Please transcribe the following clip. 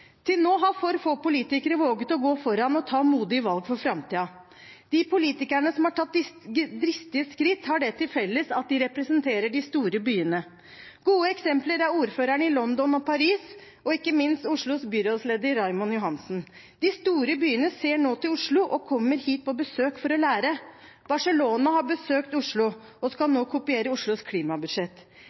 Til nå har for få politikere våget å gå foran og ta modige valg for framtiden. De politikerne som har tatt dristige skritt, har det til felles at de representerer de store byene. Gode eksempler er ordførerne i London og Paris og ikke minst Oslos byrådsleder Raymond Johansen. De store byene ser nå til Oslo og kommer hit på besøk for å lære. Barcelona har besøkt Oslo og skal nå kopiere Oslos klimabudsjett.